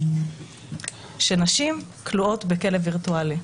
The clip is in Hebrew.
שנשים כלואות בכלא וירטואלי.